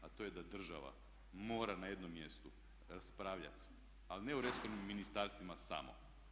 A to je da država mora na jednom mjestu raspravljati ali ne o resornim ministarstvima samo.